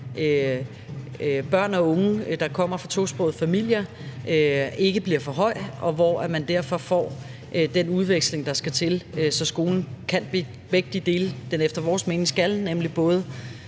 børn og unge, der kommer fra tosprogede familier, ikke bliver for høj, så man derfor får den udveksling, der skal til, så skolen kan begge de dele, som den efter vores mening skal kunne, nemlig både